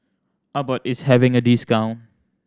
Abbott is having a discount